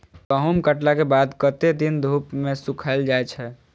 गहूम कटला केँ बाद कत्ते दिन धूप मे सूखैल जाय छै?